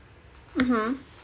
mmhmm